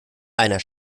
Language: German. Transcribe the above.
einer